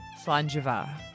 Slanjava